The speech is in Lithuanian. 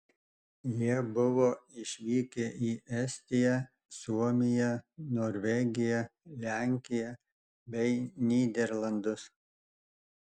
jie buvo išvykę į estiją suomiją norvegiją lenkiją bei nyderlandus